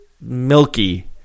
milky